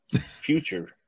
future